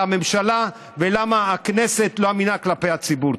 הממשלה ולמה הכנסת לא אמינה כלפי הציבור.